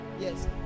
yes